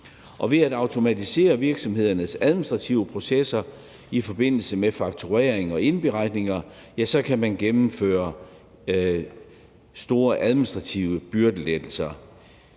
Ved at automatisere virksomhedernes administrative processer i forbindelse med fakturering og indberetninger kan man gennemføre store administrative byrdelettelser.